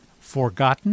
Forgotten